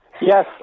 Yes